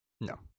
No